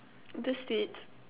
the States